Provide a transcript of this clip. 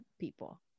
people